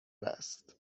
است